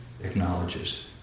acknowledges